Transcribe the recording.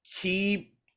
keep